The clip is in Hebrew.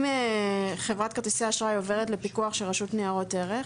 אם חברת כרטיסי אשראי עוברת לפיקוח של רשות ניירות ערך.